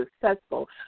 successful